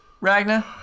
Ragna